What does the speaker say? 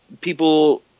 people